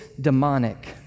demonic